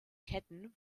ketten